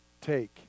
Take